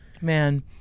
Man